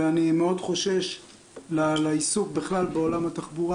ואני מאוד חושש לעיסוק בכלל בעולם התחבורה